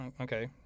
Okay